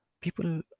people